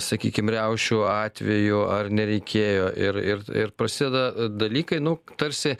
sakykim riaušių atveju ar nereikėjo ir ir ir prasideda dalykai nu tarsi